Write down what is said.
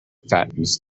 fattens